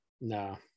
No